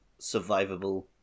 survivable